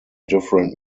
different